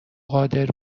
قادر